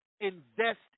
invest